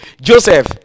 Joseph